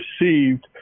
received